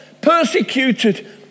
persecuted